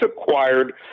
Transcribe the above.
acquired